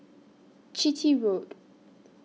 Chitty Road